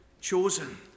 Chosen